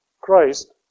Christ